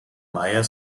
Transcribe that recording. meier